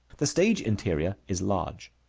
the stage-interior is large.